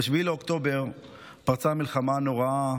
ב-7 באוקטובר פרצה המלחמה הנוראה,